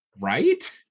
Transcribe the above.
right